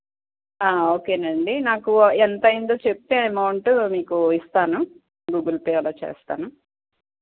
okay అండి నాకు ఎంత అయింది చెప్తే అమౌంట్ మీకు ఇస్తాను గూగుల్ పే అలా చేస్తాను